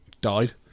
died